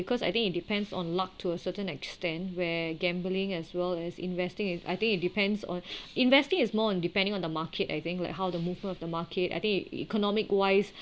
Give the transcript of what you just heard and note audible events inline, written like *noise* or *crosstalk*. because I think it depends on luck to a certain extent where gambling as well as investing I think it depends on *breath* investing is more on depending on the market I think like how the movement of the market I think economic wise